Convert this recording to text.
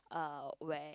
uh where